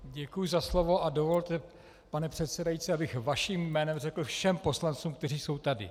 Děkuji za slovo a dovolte, pane předsedající, abych vaším jménem řekl všem poslancům, kteří jsou tady.